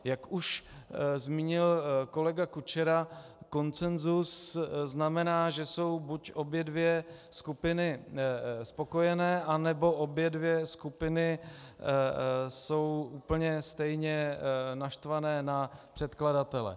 Jak už zmínil kolega Kučera, konsenzus znamená, že jsou buď obě skupiny spokojené, nebo obě skupiny jsou úplně stejně naštvané na předkladatele.